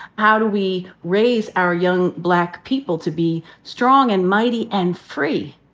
how do we raise our young black people to be strong, and mighty, and free,